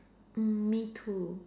mm me too